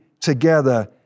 together